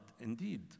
indeed